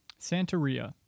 Santoria